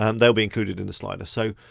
um they'll be included in the slider. so,